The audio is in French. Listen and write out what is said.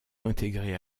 intégrée